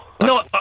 No